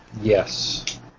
Yes